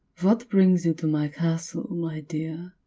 what brings you to my castle, my dear?